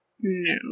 No